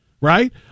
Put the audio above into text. right